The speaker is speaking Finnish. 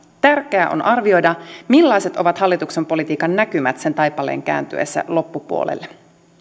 tärkeää on arvioida millaiset ovat hallituksen politiikan näkymät sen taipaleen kääntyessä loppupuolelle